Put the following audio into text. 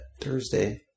Thursday